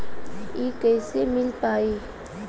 इ कईसे मिल पाई?